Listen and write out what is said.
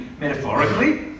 metaphorically